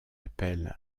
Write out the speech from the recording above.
appel